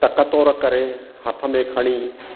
टक तोर करे हथ में खणी